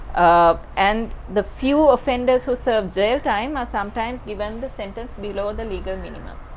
um and the few offenders who served jail time are sometimes given the sentence below the legal minimum.